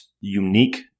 unique